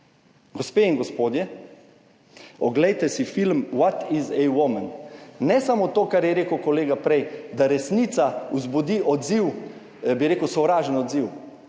Gospe in gospodje, oglejte si film What Is a Woman. Ne samo to, kar je rekel kolega prej, da resnica vzbudi odziv, sovražen odziv.